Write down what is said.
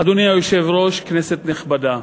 אדוני היושב-ראש, כנסת נכבדה,